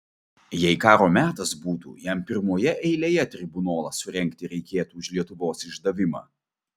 jei karo metas būtų jam pirmoje eilėje tribunolą surengti reikėtų už lietuvos išdavimą